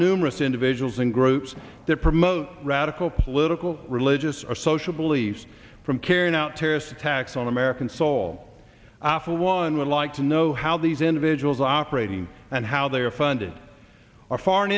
numerous individuals and groups that promote radical political religious or social police from carrying out terrorist attacks on american soul after one would like to know how these individuals operating and how they are funded or foreign